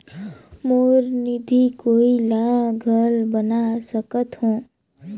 मोर निधि कोई ला घल बना सकत हो?